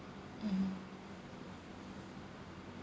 mmhmm